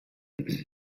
ihr